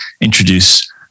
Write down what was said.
introduce